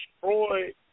destroyed